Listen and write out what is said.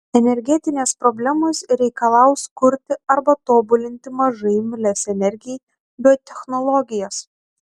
energetinės problemos reikalaus kurti arba tobulinti mažai imlias energijai biotechnologijas